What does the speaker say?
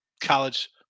college